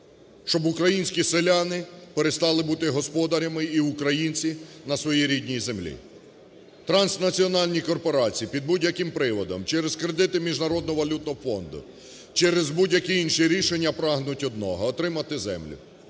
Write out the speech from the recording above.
щоб українські селяни перестали бути господарями, і українці, на своїй рідній землі. Транснаціональні корпорації під будь-яким приводом – через кредити Міжнародного валютного фонду, через будь-які інші рішення прагнуть одного – отримати землю.